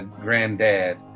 granddad